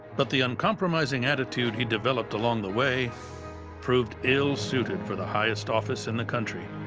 but the uncompromising attitude he developed along the way proved ill-suited for the highest office in the country.